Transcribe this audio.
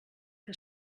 que